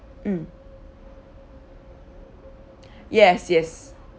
mm yes yes